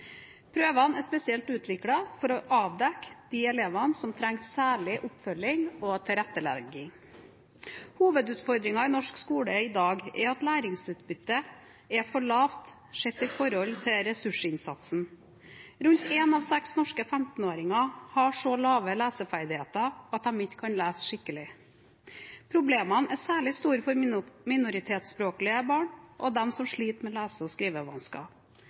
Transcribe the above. Prøvene er spesielt utviklet for å avdekke de elevene som trenger særlig oppfølging og tilrettelegging. Hovedutfordringen i norsk skole i dag er at læringsutbyttet er for lavt sett i forhold til ressursinnsatsen. Rundt én av seks norske 15-åringer har så lave leseferdigheter at de ikke kan lese skikkelig. Problemene er særlig store for minoritetsspråklige barn og for dem som sliter med lese- og